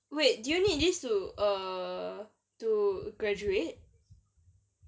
wait do you need this to err to graduate